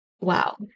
wow